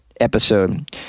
Episode